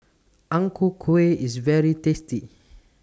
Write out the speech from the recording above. Ang Ku Kueh IS very tasty